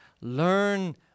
learn